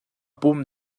pum